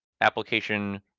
application